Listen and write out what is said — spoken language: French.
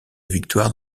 victoires